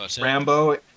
rambo